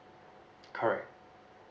correct